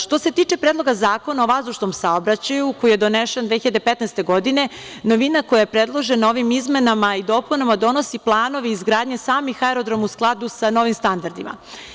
Što se tiče Predloga zakona o vazdušnom saobraćaju, koji je donesen 2015. godine, novina koja je predložena ovim izmenama i dopunama, donosi planove izgradnje samih aerodroma u sladu sa novim standardima.